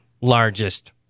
largest